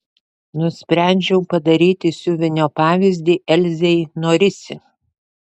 nusprendžiau padaryti siuvinio pavyzdį elzei norisi